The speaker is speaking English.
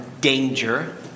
danger